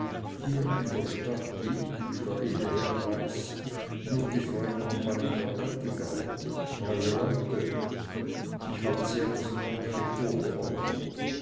hier in der stadt liegt wie der edle herr weiß nur die freikompanie der prätigauer treue leute ich habe sie an das nördliche tor beordert